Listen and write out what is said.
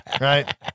right